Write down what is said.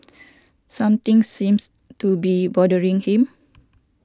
something seems to be boltering him